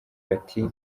bati